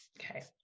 Okay